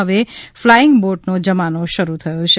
હવે ફ્લાઇંગ બોટનો જમાનો શરૂ થયો છે